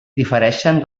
difereixen